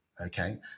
Okay